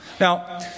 Now